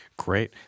Great